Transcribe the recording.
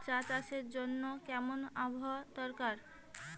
চা চাষের জন্য কেমন আবহাওয়া দরকার?